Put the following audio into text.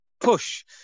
push